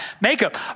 makeup